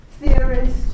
theorist